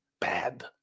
bad